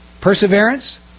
Perseverance